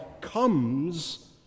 comes